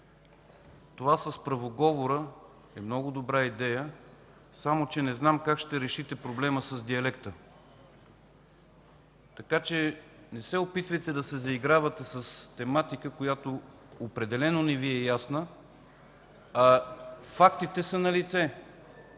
Това с правоговора е много добра идея, само че не знам как ще решите проблема с диалекта. Така че не се опитвайте да се заигравате с тематика, която определено не Ви е ясна, а фактите са налице